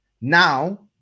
Now